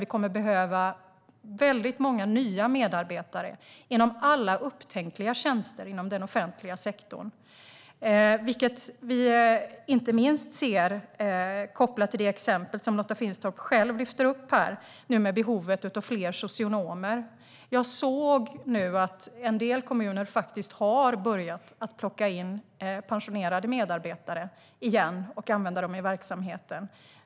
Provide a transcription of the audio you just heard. Vi kommer att behöva väldigt många nya medarbetare inom alla upptänkliga tjänster inom den offentliga sektorn, vilket vi inte minst ser kopplat till det exempel som Lotta Finstorp själv lyfter upp med behovet av fler socionomer. Jag har sett att en del kommuner har börjat plocka in pensionerade medarbetare igen och använda dem i verksamheten.